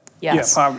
Yes